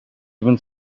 even